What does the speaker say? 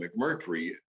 McMurtry